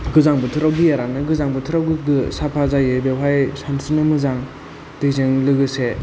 गोजां बोथोराव दैया रानो गोजां बोथोराव गोग्गो साफा जायो बेयावहाय सानस्रिनो मोजां दैजों लोगोसे